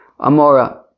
Amora